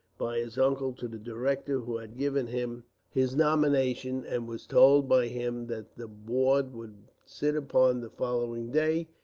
by his uncle, to the director who had given him his nomination, and was told by him that the board would sit upon the following day,